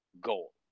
goal